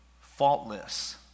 faultless